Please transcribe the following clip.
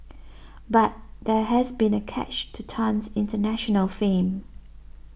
but there has been a catch to Tan's international fame